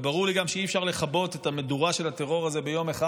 וברור לי גם שאי-אפשר לכבות את המדורה של הטרור הזה ביום אחד.